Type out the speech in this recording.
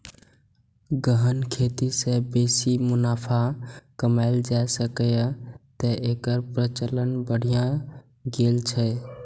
गहन खेती सं बेसी मुनाफा कमाएल जा सकैए, तें एकर प्रचलन बढ़ि गेल छै